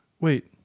Wait